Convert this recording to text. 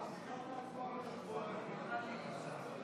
יש עמדות שלא עובדות, ולכן אחזור על ההצבעה,